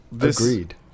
agreed